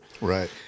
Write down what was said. Right